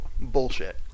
bullshit